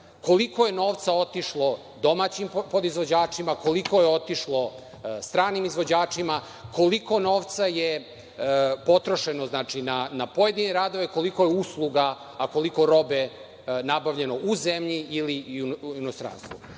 koliko je novca otišlo domaćim podizvođačima, koliko je otišlo stranim izvođačima, koliko novca je potrošeno na pojedine radove, koliko je usluga, a koliko robe nabavljeno u zemlji ili u inostranstvu. Svi